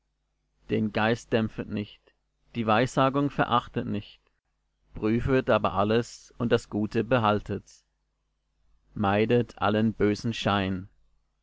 den geist dämpfet nicht die weissagung verachtet nicht prüfet aber alles und das gute behaltet meidet allen bösen schein